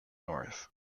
north